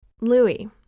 Louis